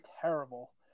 terrible